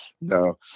no